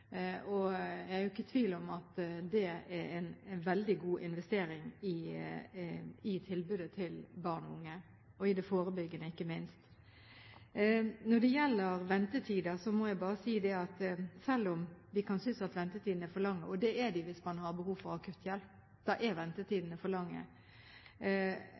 Jeg er jo ikke i tvil om at det er en veldig god investering i tilbudet til barn og unge, og i det forebyggende, ikke minst. Når det gjelder ventetider, må jeg bare si at selv om vi kan synes at ventetidene er for lange – og det er de hvis man har behov for akutt hjelp, da er ventetidene for lange